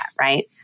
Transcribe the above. right